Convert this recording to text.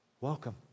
welcome